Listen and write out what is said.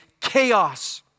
chaos